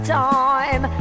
time